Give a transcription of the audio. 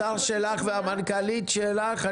השר שלך והמנכ"לית שלך,